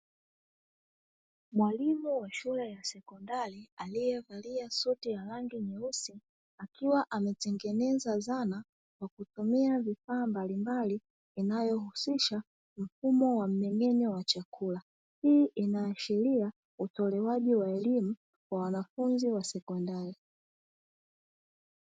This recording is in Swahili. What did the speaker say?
Mwalimu wa shule ya sekondari aliye valia suti ya rangi nyeusi, akiwa ametengeneza zana kwa kutumia vifaa mbalimbali vinavyohusisha mfumo wa mmeng'enyo wa chakula. Hii inaashiria utoaji wa elimu kwa wanafunzi wa sekondari.